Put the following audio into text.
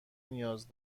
نیاز